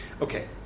Okay